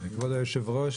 כבוד היושב-ראש,